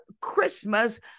Christmas